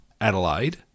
Adelaide